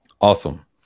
awesome